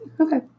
Okay